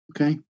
Okay